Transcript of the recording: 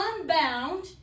unbound